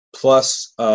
plus